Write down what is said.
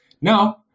Now